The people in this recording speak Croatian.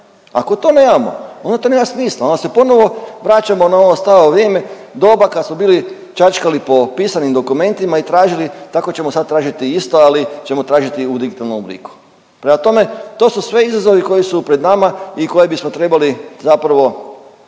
Ako to nemamo onda to nema smisla onda se ponovo vraćamo na ono staro vrijeme, doba kad smo bili čačkali po pisanim dokumentima i tražili tako ćemo sad tražiti iste, ali ćemo tražiti u digitalnom obliku. Prema tome, to su sve izazovi koji su pred nama i koje bismo trebali zapravo